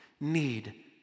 need